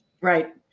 Right